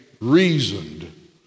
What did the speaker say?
reasoned